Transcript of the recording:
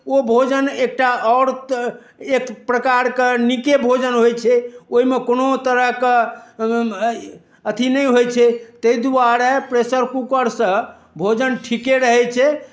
ओ भोजन एकटा आओर तऽ एक प्रकारके नीके भोजन होइ छै ओहिमे कोनो तरहके अथी नहि होइ छै ताहि दुआरे प्रेसर कुकरसँ भोजन ठीके रहै छै